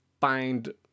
find